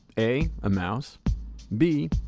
a. a mouse b.